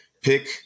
pick